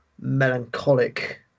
melancholic